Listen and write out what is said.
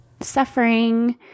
suffering